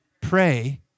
pray